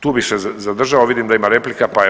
Tu bih se zadržao, vidim da ima replika, pa evo.